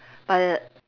but the